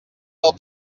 del